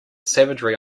savagery